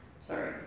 sorry